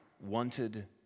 wanted